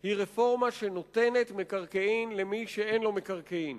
היא רפורמה שנותנת מקרקעין למי שאין לו מקרקעין.